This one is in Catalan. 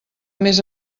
més